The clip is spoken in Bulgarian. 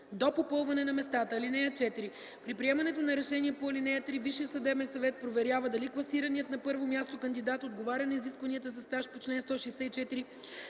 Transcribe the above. до попълване на местата. (4) При приемането на решението по ал. 3 Висшият съдебен съвет проверява дали класираният на първо място кандидат отговаря на изискванията за стаж по чл. 164,